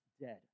dead